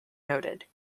noted